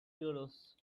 euros